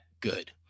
good